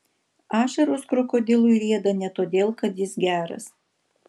ašaros krokodilui rieda ne todėl kad jis geras